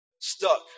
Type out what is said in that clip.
stuck